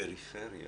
הפריפריה,